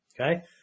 Okay